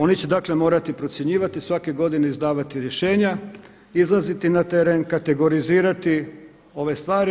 Oni će dakle morati procjenjivati, svake godine izdavati rješenja, izlaziti na teren, kategorizirati ove stvari.